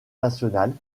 nationale